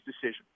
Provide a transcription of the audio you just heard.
decisions